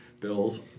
bills